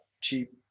cheap